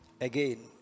again